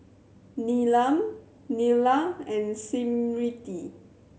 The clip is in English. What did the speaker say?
Neelam Neila and Smriti